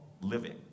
living